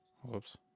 Whoops